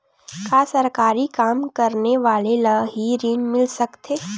का सरकारी काम करने वाले ल हि ऋण मिल सकथे?